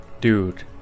dude